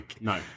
no